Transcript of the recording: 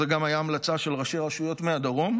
זאת גם הייתה ההמלצה של ראשי רשויות מהדרום.